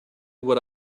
what